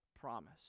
promise